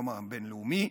היום הבין-לאומי,